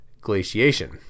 glaciation